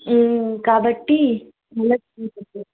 కాబట్టి